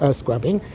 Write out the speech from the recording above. scrubbing